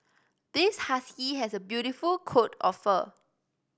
this husky has a beautiful coat of fur